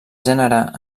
generar